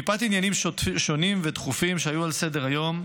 מפאת עניינים שונים ודחופים שהיו על סדר-היום,